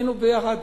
היינו יחד